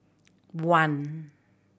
one